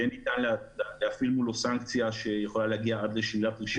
יהיה ניתן להפעיל מולו סנקציה שיכולה להגיע עד לשלילת רישיון עסק.